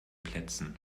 plätzen